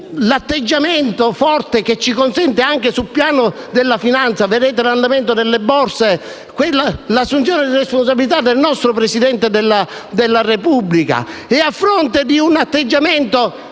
l'atteggiamento forte che ci tutela, anche sul piano della finanza (basti vedere l'andamento delle borse), l'assunzione di responsabilità del nostro Presidente della Repubblica. Eppure, a fronte di un atteggiamento